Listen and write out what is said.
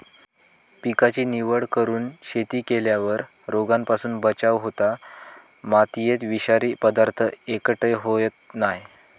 पिकाची निवड करून शेती केल्यार रोगांपासून बचाव होता, मातयेत विषारी पदार्थ एकटय होयत नाय